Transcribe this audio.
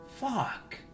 Fuck